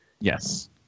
Yes